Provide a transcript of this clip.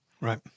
Right